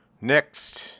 Next